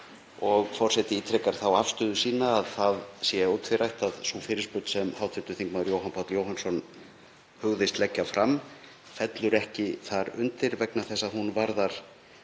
Forseti ítrekar þá afstöðu sína að það sé ótvírætt að sú fyrirspurn sem hv. þm. Jóhann Páll Jóhannsson hugðist leggja fram fellur ekki þar undir vegna þess að hún varðar